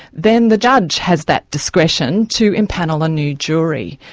then the judge has that discretion to empanel a new jury.